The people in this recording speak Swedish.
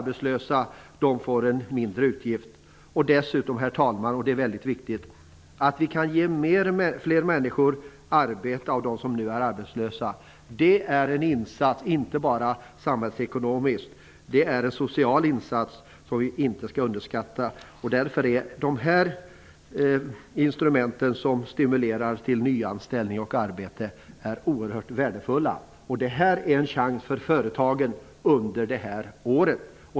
Dessutom, herr talman -- och även detta är väldigt viktigt --, kan fler av dem som nu är arbetslösa få ett arbete. Det är en insats inte bara samhällsekonomiskt utan också socialt, något som vi inte skall underskatta. Därför är de här instrumenten, som stimulerar till nyanställning och arbete, oerhört värdefulla. Detta är en chans för företagen under det här året.